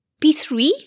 P3